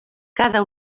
cada